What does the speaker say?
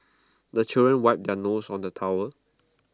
the children wipe their noses on the towel